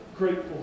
grateful